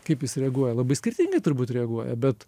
kaip jis reaguoja labai skirtingai turbūt reaguoja bet